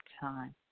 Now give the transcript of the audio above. time